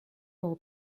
her